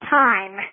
time